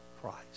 Christ